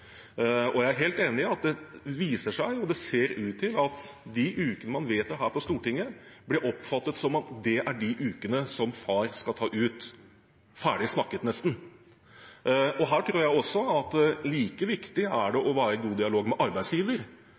Jeg er helt enig i at det viser seg, og det ser ut til, at de ukene vi vedtar her på Stortinget, blir oppfattet som de ukene far skal ta ut – ferdig snakket, nesten. Her tror jeg også at like viktig er det å være i god dialog med arbeidsgiver,